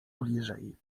bliżej